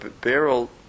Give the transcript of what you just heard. barrel